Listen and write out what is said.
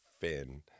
fin